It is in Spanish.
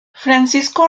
francisco